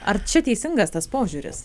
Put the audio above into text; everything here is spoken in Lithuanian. ar čia teisingas tas požiūris